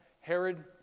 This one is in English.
Herod